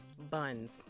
Buns